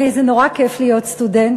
זה נורא כיף להיות סטודנט.